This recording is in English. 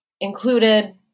included